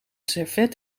servet